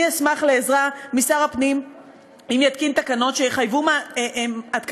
אני אשמח לעזרה משר הפנים אם יתקין תקנות שיחייבו התקנת